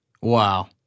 Wow